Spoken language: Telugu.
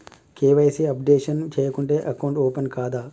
కే.వై.సీ అప్డేషన్ చేయకుంటే అకౌంట్ ఓపెన్ కాదా?